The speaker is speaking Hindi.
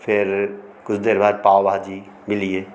फिर कुछ देर बाद पाव भाजी मिली ये